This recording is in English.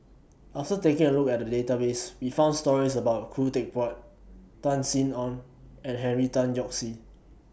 after taking A Look At The Database We found stories about Khoo Teck Puat Tan Sin Aun and Henry Tan Yoke See